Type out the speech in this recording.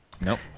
Nope